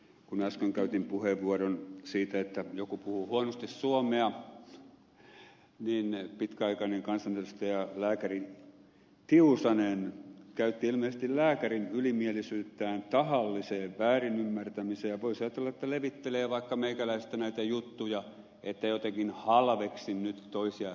kun äsken käytin puheenvuoron siitä että joku puhuu huonosti suomea niin pitkäaikainen kansanedustaja lääkäri tiusanen käytti ilmeisesti lääkärin ylimielisyyttään tahalliseen väärinymmärtämiseen ja voisi ajatella että levittelee vaikka meikäläisestä näitä juttuja että jotenkin halveksin nyt toisia ihmisiä